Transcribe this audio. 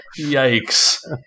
Yikes